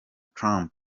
trump